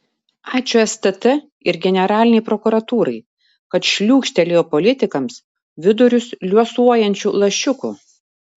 ačiū stt ir generalinei prokuratūrai kad šliūkštelėjo politikams vidurius liuosuojančių lašiukų